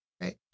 right